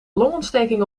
longontsteking